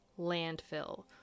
Landfill